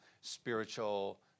spiritual